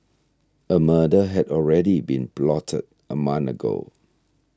a murder had already been plotted a month ago